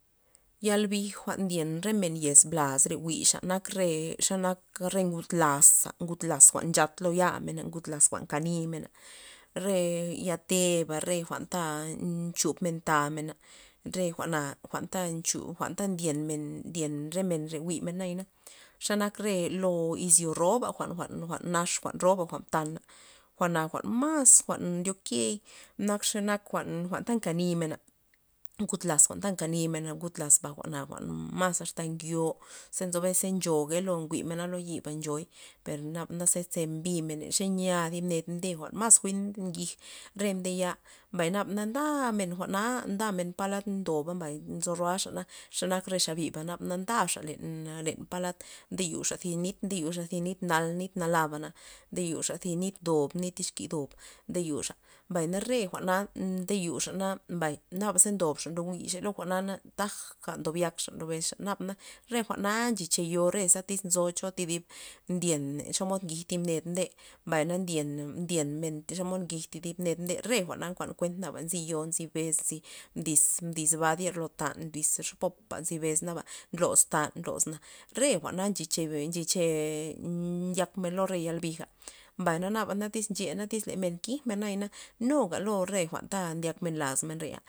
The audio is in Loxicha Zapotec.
Yal bij jwa'n ndyen re men yez blaz re jwi'xa nak re xa nak re ngud laza' ngud laza' jwa'n nchat lo ya men ngud laz' jwa'nta nkenimena, re ya teba' re jwa'nta nchub men tamena, re jwa'na jwa'n ta nchu jwa'nta ndyen men ndyen re men jwi'men nayana xanak re lo izyoroba jwa'n- jwa'n nax jwa'n roba jwa'n mtana jwa'na jwa'n mas ndyokey nak xe nak jwa'nta nke nimen, ngud laz jwa'nta nkeni men ngud laz jwa'na jwa'n mas ta ngio ze ncho bes nchoga njwi'mena lo yib pa nchoy per nabana ze ze mblimen xe nya zib mden jwa'n mas njig re mde ya mbay naba na nda men jwa'na ndamen palad ndoba mbay nzo ro' axana xe nak re xa biba' naba na ndaxa len- len palad ndeyuxa thi nit nde yuxa thi nit nal thi nit nalabana nde yuxa thi nit ndob exki ndob nde yuxa mbay na re jwa'na ndeyuxana naba ze ndobxa ndo jwi'xa lo jwa'na taja ndob yakxa ndob besxa ndob re jwa'na nche chiyore ze tyz ncho thi dib ndyen le xomod ngij thib ned mde mbay na ndyen na ndyen men xomod ngij thi dib ned mde re jwa'na nkuan kuen nzy yo nzybe mdiz- mdiz bad lo yer lo tan mdiz popa nzy bes naba nloz tan nloz re jwa'na ncha ze ncha ke ndyak men lo yal bija, mbay na naba na nche tyz na men kij mena nayana luga lo re jwa'n ta ndyak mena laz men reya.